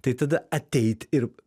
tai tada ateit ir